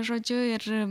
žodžiu ir